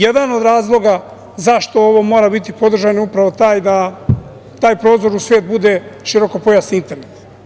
Jedan od razloga zašto ovo mora biti podržano je upravo taj da taj prozor u svet bude širokopojasni internet.